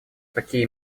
такие